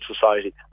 society